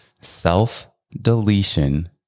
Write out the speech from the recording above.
self-deletion